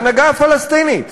ההנהגה הפלסטינית